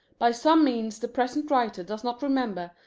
by some means the present writer does not remember,